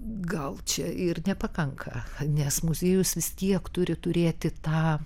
gal čia ir nepakanka nes muziejus vis tiek turi turėti tą